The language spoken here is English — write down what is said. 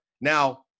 Now